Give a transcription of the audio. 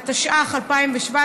התשע"ח 2017,